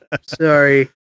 sorry